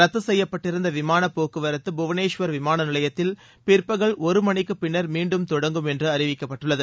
ரத்து செய்யப்பட்டிருந்த விமானப் போக்குவரத்து புவனேஸ்வர் விமானநிலையத்தில் பிற்பகல் ஒரு ம ணிக்கு பின்னர் மீண்டும் தொடங்கும் என்று அறிவிக்கப்பட்டுள்ளது